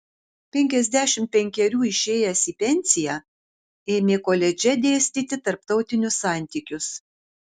penkiasdešimt penkerių išėjęs į pensiją ėmė koledže dėstyti tarptautinius santykius